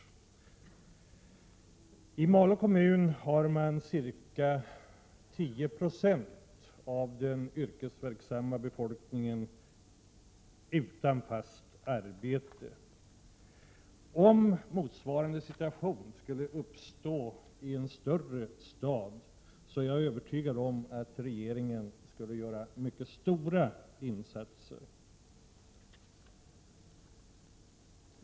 I Malå kommun är ca 10 20 av den yrkesverksamma befolkningen utan fast arbete. Jag är övertygad om att regeringen skulle göra mycket stora insatser, om motsvarande situation skulle uppstå i en större stad.